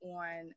on